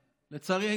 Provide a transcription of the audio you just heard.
לצערי,